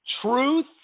truth